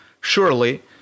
Surely